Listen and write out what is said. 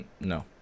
no